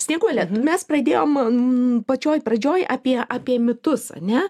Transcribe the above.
snieguole nu mes pradėjom pačioj pradžioj apie apie mitus ane